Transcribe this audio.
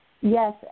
Yes